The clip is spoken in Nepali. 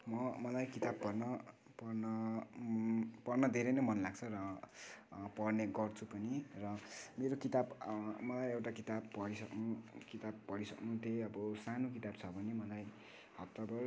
म मलाई किताब पढ्न पढ्न पढ्न धेरै नै मन लाग्छ र पढ्ने गर्छु पनि र मेरो किताब मलाई एउटा किताब पढिसक्नु किताब पढिसक्नु त्यही अब सानो किताब छ भने मलाई हप्ताभर